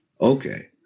okay